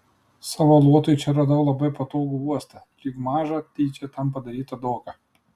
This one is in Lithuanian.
savo luotui čia radau labai patogų uostą lyg mažą tyčia tam padarytą doką